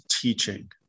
teaching